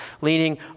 leaning